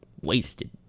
Wasted